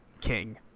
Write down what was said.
King